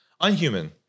unhuman